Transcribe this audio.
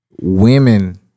Women